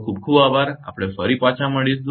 ખૂબ ખૂબ આભાર આપણે ફરી પાછા મળીશું